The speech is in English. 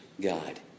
God